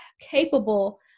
capable